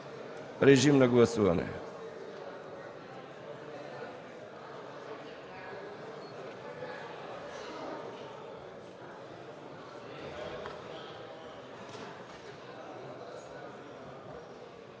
режим на гласуване.